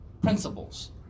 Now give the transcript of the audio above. principles